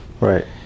Right